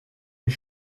his